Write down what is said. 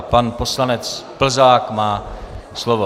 Pan poslanec Plzák má slovo.